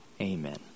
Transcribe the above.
Amen